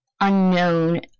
unknown